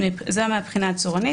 זה מהבחינה הצורנית.